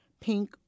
Pink